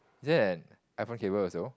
is there an iPhone cable also